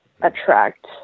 attract